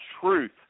Truth